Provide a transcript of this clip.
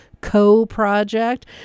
co-project